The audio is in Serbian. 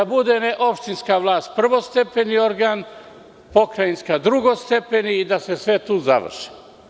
Da bude opštinska vlast prvostepeni organ, pokrajinska drugostepeni i da se sve tu završi.